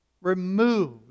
removed